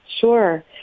Sure